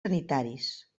sanitaris